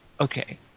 okay